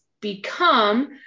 become